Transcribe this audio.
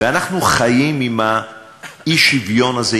ואנחנו חיים עם האי-שוויון הזה,